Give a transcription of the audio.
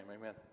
Amen